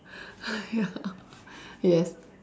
ya yes